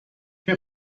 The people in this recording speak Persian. چیه